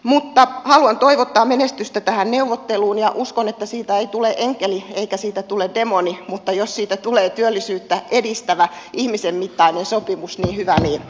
mutta haluan toivottaa menestystä tähän neuvotteluun ja uskon että siitä ei tule enkeli eikä siitä tule demoni mutta jos siitä tulee työllisyyttä edistävä ihmisen mittainen sopimus niin hyvä niin